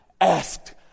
asked